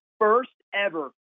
first-ever